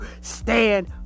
stand